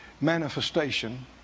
manifestation